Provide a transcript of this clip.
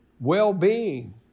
well-being